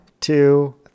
two